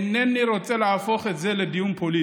אינני רוצה להפוך את זה לדיון פוליטי.